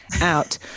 out